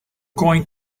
going